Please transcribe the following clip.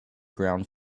ground